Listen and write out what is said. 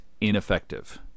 ineffective